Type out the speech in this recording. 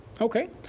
Okay